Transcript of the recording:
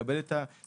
נקבל את הנתונים,